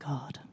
God